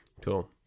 Cool